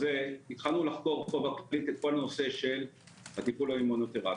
התחלנו לחקור את כל הנושא של הטיפול האמונותרפי,